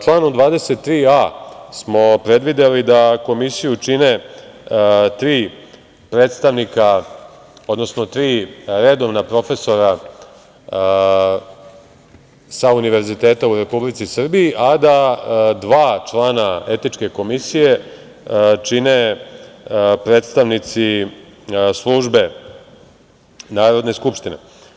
Članom 23a smo predvideli da komisiju čine tri predstavnika, odnosno tri redovna profesora sa univerziteta u Republici Srbiji, a da dva člana etičke komisije čine predstavnici službe Narodne skupštine.